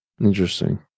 interesting